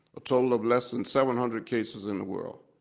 a total of less than seven hundred cases in the world.